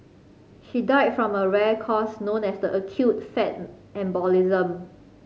she died from a rare cause known as acute fat embolism